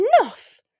Enough